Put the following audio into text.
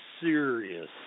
serious